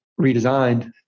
redesigned